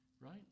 right